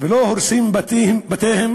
ולא הורסים בתיהם